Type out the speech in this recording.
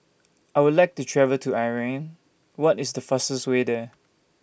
I Would like to travel to Ukraine What IS The fastest Way There